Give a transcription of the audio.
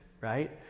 right